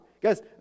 Guys